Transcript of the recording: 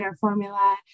formula